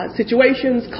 situations